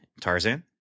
Tarzan